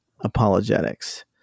apologetics